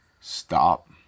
Stop